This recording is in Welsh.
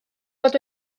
bod